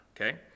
okay